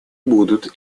будут